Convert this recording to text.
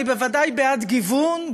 אני בוודאי בעד גיוון,